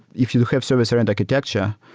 if you have service rent architecture,